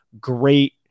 great